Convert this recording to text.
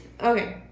Okay